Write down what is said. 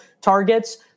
targets